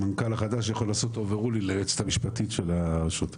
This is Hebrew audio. המנכ"ל החדש יכול לעשות over rolling ליועצת המשפטית של הרשות?